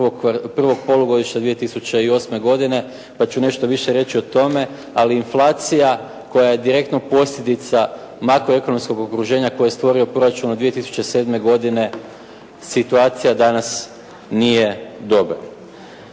prvog polugodišta 2008. godine pa ću nešto više reći o tome, ali inflacija koja je direktno posljedica makroekonomskog okruženja koje je stvorio proračun od 2007. godine, situacija danas nije dobra.